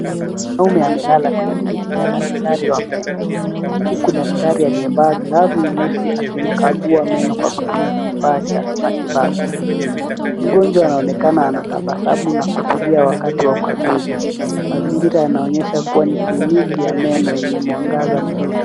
Mwanaume amelala kwenye kiti cha daktari wa meno, huku daktari aliyevaa glavu nyeusi akimkagua meno kwa kutumia kifaa cha matibabu. Mgonjwa anaonekana anatabasamu na kutulia wakati wa ukaguzi. Mazingira yanaonyesha kuwa ni kliniki ya meno yenye mwangaza mzuri.